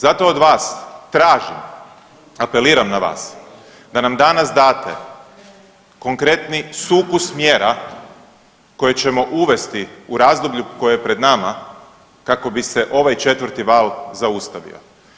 Zato od vas tražim, apeliram na vas da nam danas date konkretni sukus mjera koje ćemo uvesti u razdoblju koje je pred nama kako bi se ovaj 4 val zaustavio.